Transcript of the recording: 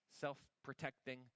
self-protecting